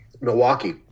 Milwaukee